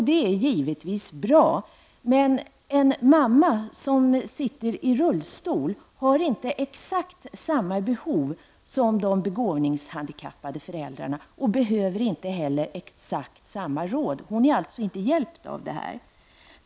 Det är givetvis bra, men en mamma som sitter i rullstol har inte exakt samma behov som de begåvningshandikappade föräldrarna och behöver inte heller exakt samma råd. Hon är alltså inte hjälpt av det här.